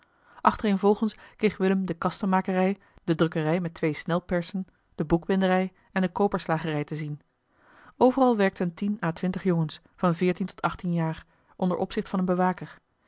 achtereenvolgens kreeg willem de kastenmakerij de drukkerij met twee snelpersen de boekbinderij en de koperslagerij te zien overal werkten tien à twintig jongens van veertien tot achttien jaar onder opzicht van een bewaker